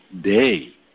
day